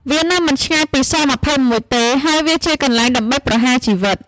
វានៅមិនឆ្ងាយពី ស-២១ ទេ ហើយវាជាកន្លែងដើម្បីប្រហារជីវិត។